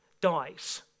dies